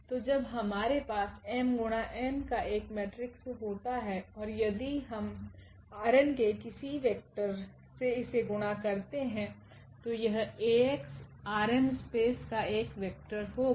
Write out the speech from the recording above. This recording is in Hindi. तो जब हमारे पास m गुणा n का एक मेट्रिक्स होता है ओर यदि हम ℝ𝑛 के किसी वेक्टर से इसे गुणा करते है तो यह𝐴𝑥 ℝ𝑚 स्पेस का एक वेक्टर होगा